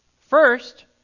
First